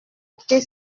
été